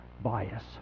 bias